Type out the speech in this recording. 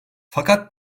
fakat